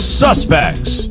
suspects